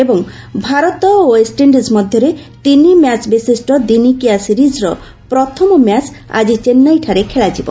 ଏବଂ ଭାରତ ଓ ଓ୍ବେଷ୍ଟଇଣ୍ଡିଜ୍ ମଧ୍ୟରେ ତିନି ମ୍ୟାଚ୍ ବିଶିଷ୍ଟ ଦିନିକିଆ ସିରିଜ୍ର ପ୍ରଥମ ମ୍ୟାଚ୍ ଆଜି ଚେନ୍ନାଇଠାରେ ଖେଳାଯିବ